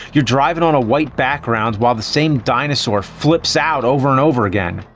you're driving on a white background while the same dinosaur flips out over and over again.